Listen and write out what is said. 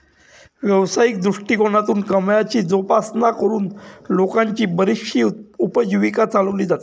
व्यावसायिक दृष्टिकोनातून कमळाची जोपासना करून लोकांची बरीचशी उपजीविका चालवली जाते